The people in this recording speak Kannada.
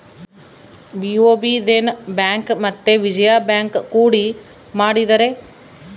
ಬಿ.ಒ.ಬಿ ದೇನ ಬ್ಯಾಂಕ್ ಮತ್ತೆ ವಿಜಯ ಬ್ಯಾಂಕ್ ಕೂಡಿ ಮಾಡಿದರೆ